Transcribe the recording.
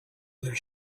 other